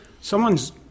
someone's